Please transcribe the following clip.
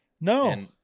no